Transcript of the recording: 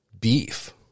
beef